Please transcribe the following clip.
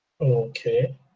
okay